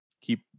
keep